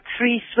three